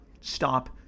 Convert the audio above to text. stop